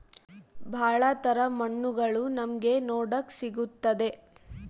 ಭಾಳ ತರ ಮಣ್ಣುಗಳು ನಮ್ಗೆ ನೋಡಕ್ ಸಿಗುತ್ತದೆ